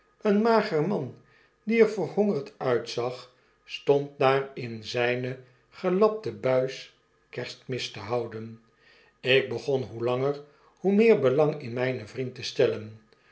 een mager man die er verhongerd uitzag stond daar in zgne gelapte buis kerstmis te houden ik begon hoe langer hoe meer belang in mgnen vriend te stellen